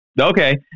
Okay